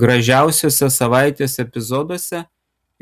gražiausiuose savaitės epizoduose